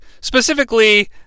Specifically